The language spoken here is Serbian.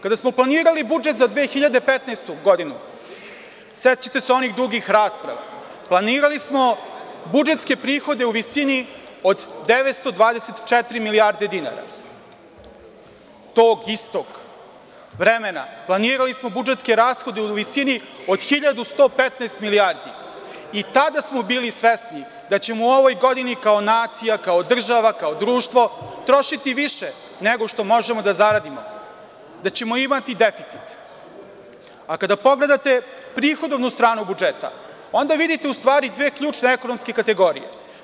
Kada smo planirali budžet za 2015. godinu, sećate se onih dugih rasprava, planirali smo budžetske prihode u visini od 924 milijardi dinara, tog istog vremena, planirali smo budžetske rashode u visini od hiljadu i 115 milijardi dinara i tada smo bili svesni da ćemo u ovoj godini, kao nacija, kao država, kao društvo trošiti više nego što možemo da zaradimo, da ćemo imati deficit, a kada pogledate prihodovu stranu budžeta, onda vidite u stvari dve ključne ekonomske kategorije.